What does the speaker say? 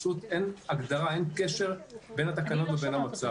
פשוט אין קשר בין התקנות לבין המצב.